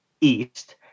east